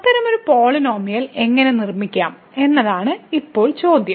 അത്തരമൊരു പോളിനോമിയൽ എങ്ങനെ നിർമ്മിക്കാം എന്നതാണ് ഇപ്പോൾ ചോദ്യം